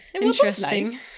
Interesting